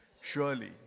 Surely